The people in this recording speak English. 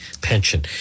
pension